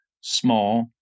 small